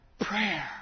Prayer